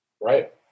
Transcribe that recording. Right